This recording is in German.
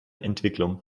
entwicklung